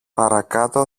παρακάτω